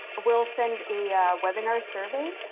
we'll send a webinar survey